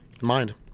mind